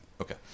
Okay